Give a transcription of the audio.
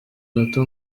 gato